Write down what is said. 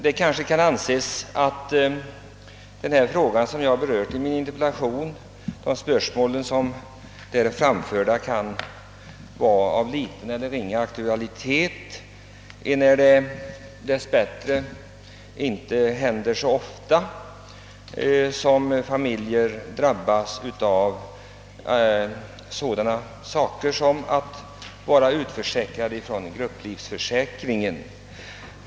Det kan måhända hävdas att de spörsmål jag tagit upp i min interpellation har ringa aktualitet, eftersom det dess bättre inte så ofta händer att familjer drabbas av utförsäkring från grupplivförsäkringen.